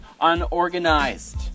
unorganized